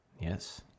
Yes